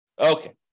Okay